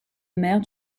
mère